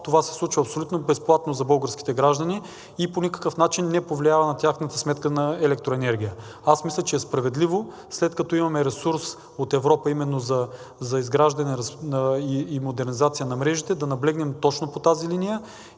това се случва абсолютно безплатно за българските граждани и по никакъв начин не повлиява на тяхната сметка за електроенергия. Аз мисля, че е справедливо, след като имаме ресурс от Европа именно за изграждане и модернизация на мрежите, да наблегнем точно по тази линия.